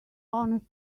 honest